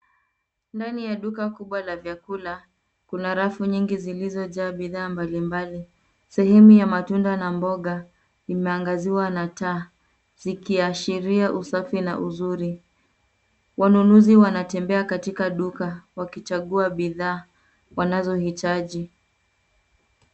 Ndani ya duka kubwa la vyakula, kuna rafu nyingi zilizojaa bidhaa mbalimbali. Sehemu ya matunda na mboga nimeangaziwa na taa zikiashiria usafi na uzuri. Wanunuzi wanatembea katika duka wakichagua bidhaa wanazohitaji.